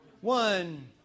one